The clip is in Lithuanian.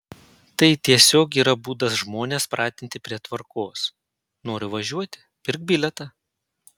tai tiesiog yra būdas žmones pratinti prie tvarkos nori važiuoti pirk bilietą